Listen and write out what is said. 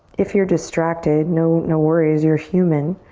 if you're distracted, no, no worries. you're human.